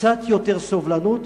קצת יותר סובלנות,